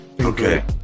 Okay